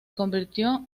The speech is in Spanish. convirtió